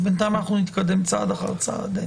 אז בינתיים אנחנו נתקדם צעד אחר צעד.